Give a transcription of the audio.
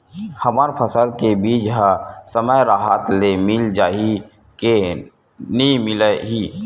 हमर फसल के बीज ह समय राहत ले मिल जाही के नी मिलही?